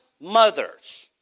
mothers